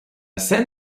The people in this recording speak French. seine